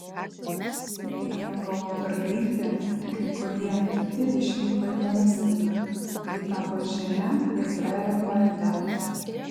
lėja goldbergaitė ir kai kurie kiti išvyko į palestiną ji tapo žymia izraelio poete